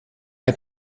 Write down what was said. est